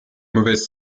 mauvaise